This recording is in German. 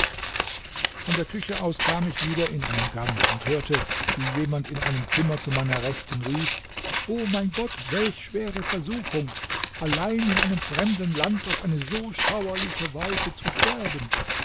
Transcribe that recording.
von der küche aus kam ich wieder in einen gang und hörte wie jemand in einem zimmer zu meiner rechten rief o mein gott welch schwere versuchung allein in einem fremden land auf eine so schauerliche weise zu sterben